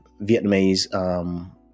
Vietnamese